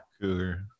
Cougar